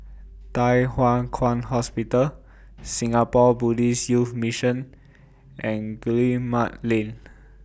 Thye Hua Kwan Hospital Singapore Buddhist Youth Mission and Guillemard Lane